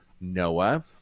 Noah